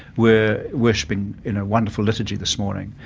were worshipping in a wonderful liturgy this morning.